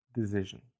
decision